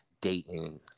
dating